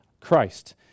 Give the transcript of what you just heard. Christ